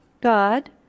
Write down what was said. God